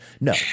No